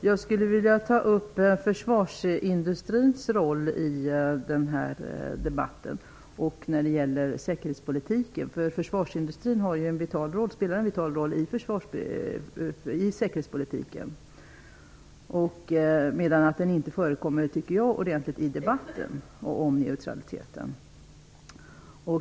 Herr talman! Jag vill ta upp försvarsindustrins roll när det gäller säkerhetspolitiken. Försvarsindustrin spelar ju en vital roll i säkerhetspolitiken, men den förekommer inte i debatten om neutraliteten.